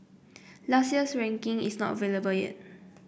last year's ranking is not available yet